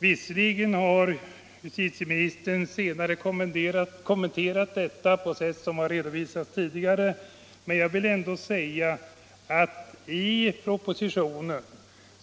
Visserligen har justitieministern senare kommenterat detta på sätt som har redovisats tidigare, men i propositionen